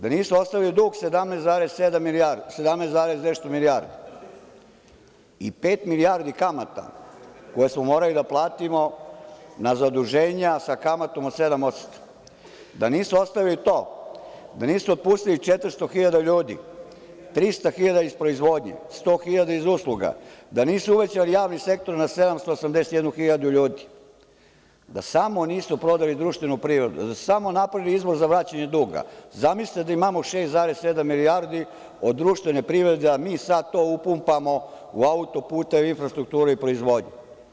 Da nisu ostavili dug 17,7 milijardi i pet milijardi kamata koje smo morali da platimo na zaduženja sa kamatom od 7%, da nisu ostavili to, da nisu otpustili 400.000 ljudi, 300.000 iz proizvodnje, 100.000 iz usluga, da nisu uvećali javni sektor na 781.000 ljudi, da samo nisu prodali društvenu privredu, da su samo napravili izvor za vraćanje duga, zamislite da imamo 6,7 milijardi od društvene privrede, a mi sad to upumpamo u autoputeve, infrastrukturu i proizvodnju.